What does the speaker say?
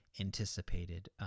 anticipated